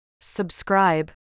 Subscribe